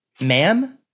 Ma'am